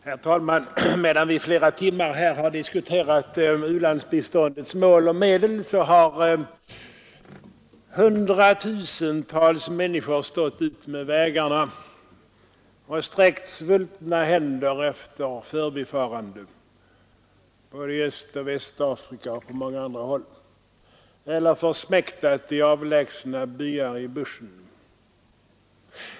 Herr talman! Medan vi flera timmar här har diskuterat u-landsbiståndets mål och medel har hundratusentals magra människor stått utmed vägarna i Etiopien och sträckt sin svultna hand efter förbifarande eller försmäktat i avlägsna byar i bushen. Detta händer i Östoch Västafrika och på många andra håll.